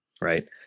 Right